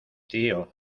tío